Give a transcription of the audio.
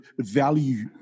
value